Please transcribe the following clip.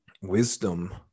wisdom